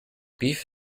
beef